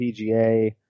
PGA